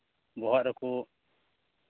ᱵᱚᱦᱚᱜ ᱨᱮᱠᱚ